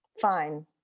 Fine